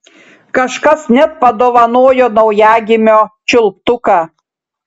kažkas net padovanojo naujagimio čiulptuką